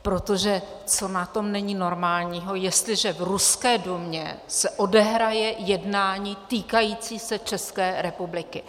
Protože co na tom není normálního, jestliže v ruské Dumě se odehraje jednání týkající se České republiky?